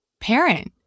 parent